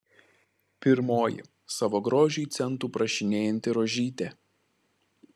pirmoji savo grožiui centų prašinėjanti rožytė